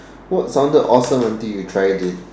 what sounded awesome until you tried it